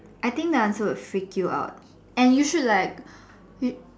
I think the answer will freak you out and you should like